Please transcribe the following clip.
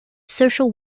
social